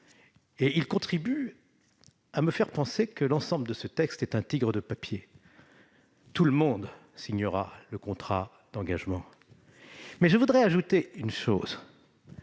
! Il contribue à me faire penser que l'ensemble de ce texte est un tigre de papier. Tout le monde signera le contrat d'engagement républicain. Je